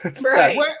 Right